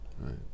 Right